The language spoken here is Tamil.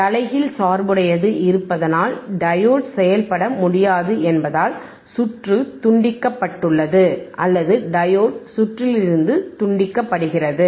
தலைகீழ் சார்புடையது இருப்பதனால் டையோடு செயல்பட முடியாது என்பதால்சுற்று துண்டிக்கப்பட்டுள்ளது அல்லது டையோடு சுற்றிலிருந்து துண்டிக்கப்படுகிறது